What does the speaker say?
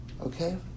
Okay